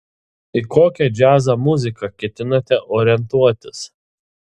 į kokią džiazo muziką ketinate orientuotis